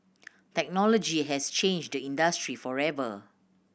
technology has changed the industry forever